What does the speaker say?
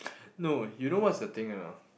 no you know what's the thing or not